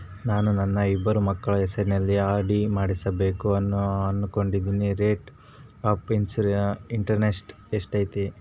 ನಾನು ನನ್ನ ಇಬ್ಬರು ಮಕ್ಕಳ ಹೆಸರಲ್ಲಿ ಆರ್.ಡಿ ಮಾಡಿಸಬೇಕು ಅನುಕೊಂಡಿನಿ ರೇಟ್ ಆಫ್ ಇಂಟರೆಸ್ಟ್ ಎಷ್ಟೈತಿ?